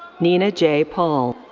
neena j. paul.